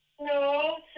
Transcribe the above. No